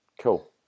Cool